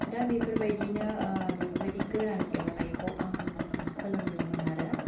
दा बेफोरबायदिनो बेफोरबायदि गोरान एवनायखौ आं सोलोंदोंमोन आरो